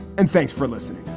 and thanks for listening